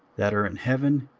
that are in heaven,